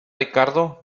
ricardo